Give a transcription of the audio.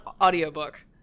audiobook